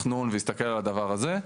תכנון והסתכל על הדבר הזה,